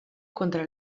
contra